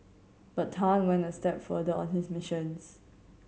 but Tan went a step further on his missions